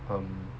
um